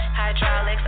hydraulics